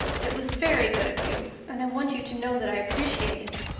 it was very good of you and i want you to know that i appreciate it.